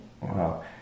Wow